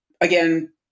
Again